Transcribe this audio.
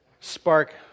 spark